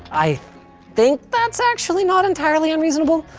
i think that's actually not entirely unreasonable.